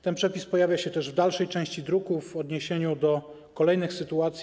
Ten przepis pojawia się też w dalszej części druku w odniesieniu do kolejnych sytuacji.